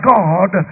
God